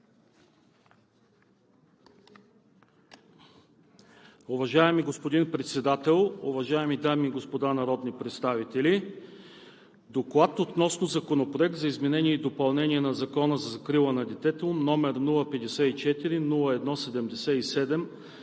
Уважаеми господин Председател, уважаеми дами и господа народни представители! „ДОКЛАД относно Законопроект за изменение и допълнение на Закона за закрила на детето, № 054-01-77,